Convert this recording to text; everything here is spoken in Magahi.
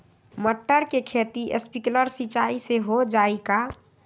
मटर के खेती स्प्रिंकलर सिंचाई से हो जाई का?